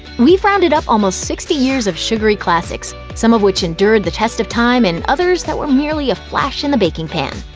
we've rounded up almost sixty years of sugary classics, some of which endured the test of time and others that were merely a flash in the baking pan.